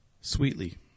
sweetly